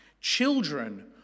Children